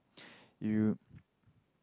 you